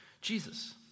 Jesus